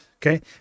Okay